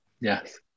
yes